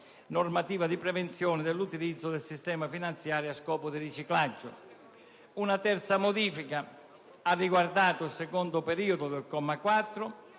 normativa di prevenzione dell'utilizzo del sistema finanziario a scopo di riciclaggio. Una terza modifica ha riguardato il secondo periodo del comma 4